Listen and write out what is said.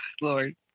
Lord